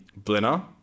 Blinner